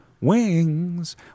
wings